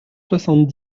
soixante